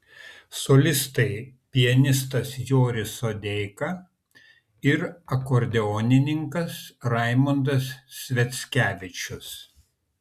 solistai pianistas joris sodeika ir akordeonininkas raimundas sviackevičius